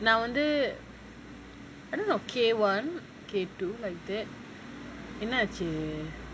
நான் வந்து:naan vanthu I think I was K one K two like that என்னாச்சி:ennaachi